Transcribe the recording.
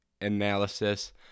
analysis